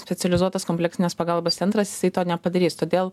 specializuotas kompleksinės pagalbos centras jisai to nepadarys todėl